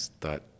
thought